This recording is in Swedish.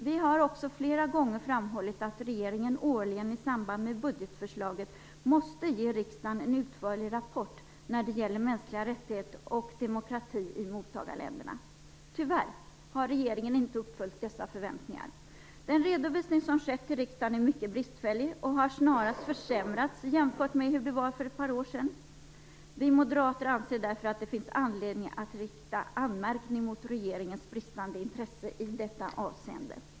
Vi har också flera gånger framhållit att regeringen årligen i samband med budgetförslaget måste ge riksdagen en utförlig rapport när det gäller mänskliga rättigheter och demokrati i mottagarländerna. Tyvärr har regeringen inte uppfyllt dessa förväntningar. Den redovisning som skett till riksdagen är mycket bristfällig, och har snarast försämrats jämfört med hur det var för ett par år sedan. Vi moderater anser därför att det finns anledning att rikta anmärkning mot regeringens bristande intresse i detta avseende.